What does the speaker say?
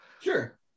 Sure